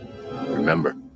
Remember